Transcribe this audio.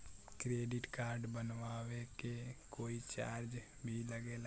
Credit card बनवावे के कोई चार्ज भी लागेला?